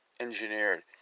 Engineered